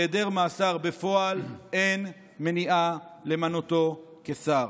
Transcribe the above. בהיעדר מאסר בפועל, אין מניעה למנותו כשר.